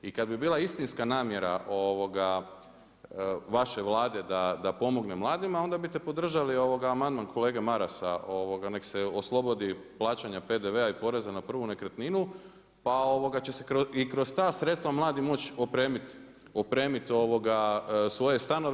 I kada bi bila istinska namjera vaše Vlade da pomogne mladima onda bite podržali amandman kolege Marasa, neka se oslobodi plaćanja PDV-a i poreza na prvu nekretninu pa će se i kroz ta sredstva mladi moć opremiti svoje stanove.